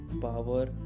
power